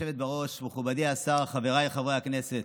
גברתי היושבת-ראש, מכובדי השר, חבריי חברי הכנסת,